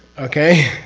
okay?